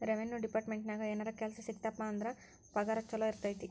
revenue ಡೆಪಾರ್ಟ್ಮೆಂಟ್ನ್ಯಾಗ ಏನರ ಕೆಲ್ಸ ಸಿಕ್ತಪ ಅಂದ್ರ ಪಗಾರ ಚೊಲೋ ಇರತೈತಿ